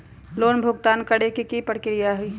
Loan भुगतान करे के की की प्रक्रिया होई?